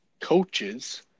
coaches